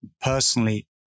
personally